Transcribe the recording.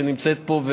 שנמצאת פה,